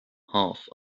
half